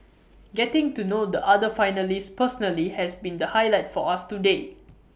getting to know the other finalists personally has been the highlight for us today